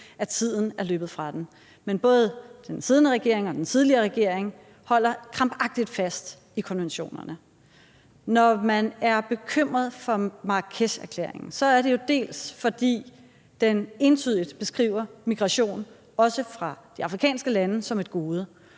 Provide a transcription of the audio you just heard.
at tiden er løbet fra den. Men både den siddende regering og den tidligere regering holder krampagtigt fast i konventionerne. Når man er bekymret for Marrakesherklæringen, er det jo, dels fordi den entydigt beskriver migration, også fra de afrikanske lande, som et gode,